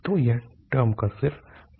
तो यह टर्म का सिर्फ 2 टाइम्स होगा